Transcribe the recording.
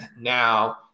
now